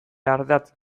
ardatz